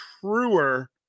truer